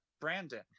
brandon